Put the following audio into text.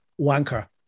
wanker